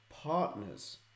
partners